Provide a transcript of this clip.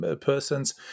persons